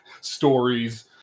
stories